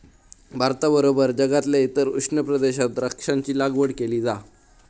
भारताबरोबर जगातल्या इतर उष्ण प्रदेशात द्राक्षांची लागवड केली जा